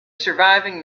surviving